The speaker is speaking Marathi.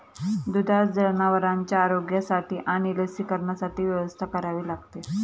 दुधाळ जनावरांच्या आरोग्यासाठी आणि लसीकरणासाठी व्यवस्था करावी लागते